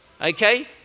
Okay